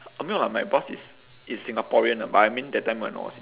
I mean like my boss is is singaporean ah but I mean that time when I was